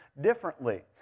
differently